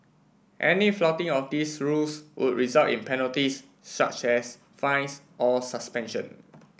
any flouting of these rules would result in penalties such as fines or suspension